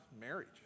marriage